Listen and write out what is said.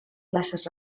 places